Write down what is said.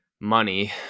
money